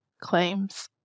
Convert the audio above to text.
claims